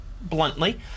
bluntly